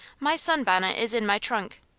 my sunbonnet is in my trunk.